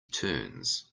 turns